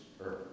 earth